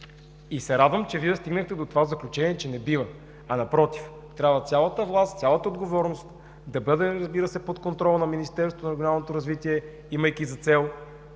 И се радвам, че Вие стигнахте до това заключение, че не бива, а напротив – трябва цялата власт, цялата отговорност да бъде, разбира се, под контрола на Министерството на регионалното развитие и